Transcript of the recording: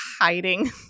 hiding